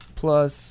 plus